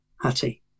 hattie